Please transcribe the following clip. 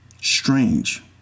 Strange